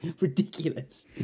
Ridiculous